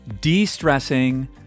de-stressing